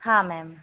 हाँ मैम